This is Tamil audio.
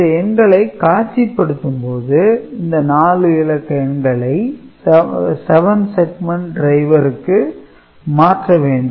இந்த எண்களை காட்சிப்படுத்தும் போது இந்த 4 இலக்க எண்களை 7 Segment driver க்கு மாற்ற வேண்டும்